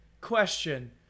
question